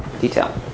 detail